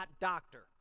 doctor